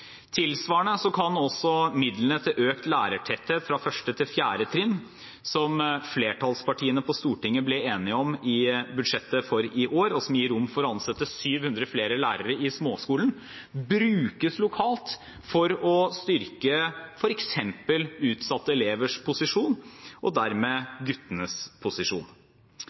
Tilsvarende kan også midlene til økt lærertetthet fra 1. til 4. trinn, som flertallspartiene på Stortinget ble enige om i budsjettet for i år, og som gir rom for å ansette 700 flere lærere i småskolen, brukes lokalt til å styrke f.eks. utsatte elevers posisjon, og dermed guttenes posisjon.